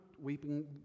weeping